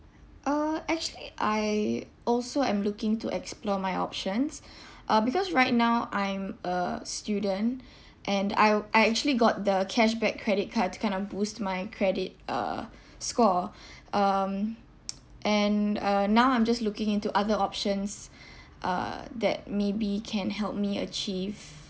uh actually I also am looking to explore my options uh because right now I am a student and I wou~ I actually got the cashback credit card to kind of boost my credit uh score um and uh now I'm just looking into other options uh that maybe can help me achieve